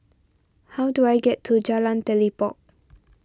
how do I get to Jalan Telipok